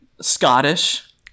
scottish